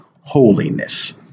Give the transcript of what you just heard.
holiness